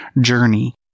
journey